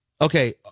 Okay